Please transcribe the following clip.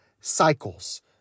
cycles